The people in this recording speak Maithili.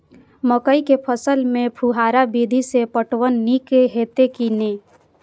मकई के फसल में फुहारा विधि स पटवन नीक हेतै की नै?